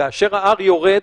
כאשר ה-R יורד